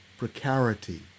precarity